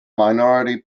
minority